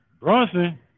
Bronson